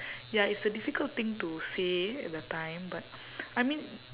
ya it's a difficult thing to say at the time but I mean